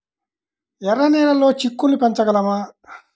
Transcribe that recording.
ఎర్ర నెలలో చిక్కుళ్ళు పెంచగలమా?